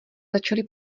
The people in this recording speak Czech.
začali